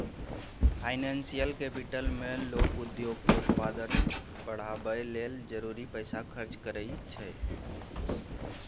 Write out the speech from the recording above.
financial capital मे लोक उद्योग के उत्पादन बढ़ाबय लेल जरूरी पैसा खर्च करइ छै